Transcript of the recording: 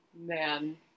Man